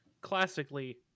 classically